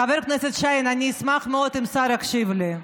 חבר הכנסת שיין, אני אשמח מאוד אם השר יקשיב לי.